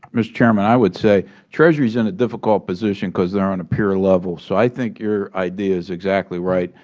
um chairman, i would say treasury is in a difficult position because they are on a peer level. so i think your idea is exactly right.